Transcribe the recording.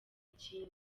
ikindi